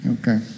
okay